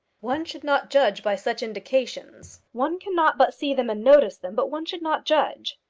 one should not judge by such indications. one cannot but see them and notice them but one should not judge.